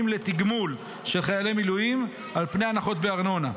לתגמול של חיילי מילואים על פני הנחות בארנונה,